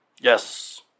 Yes